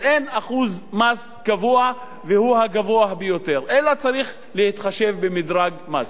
אין אחוז מס קבוע שהוא הגבוה ביותר אלא צריך להתחשב במדרג מס.